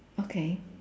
okay